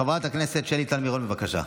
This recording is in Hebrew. חברת הכנסת שלי טל מירון, בבקשה.